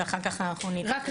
ואחר כך אנחנו --- ניקול,